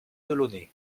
delaunay